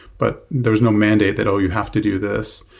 but there is no mandate that, oh, you have to do this.